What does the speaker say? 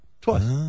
Twice